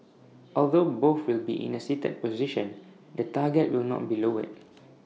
although both will be in A seated position the target will not be lowered